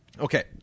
Okay